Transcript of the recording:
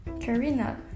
Karina